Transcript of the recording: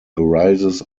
arises